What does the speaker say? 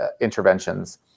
interventions